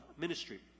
ministry